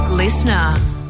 listener